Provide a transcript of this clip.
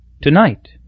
Tonight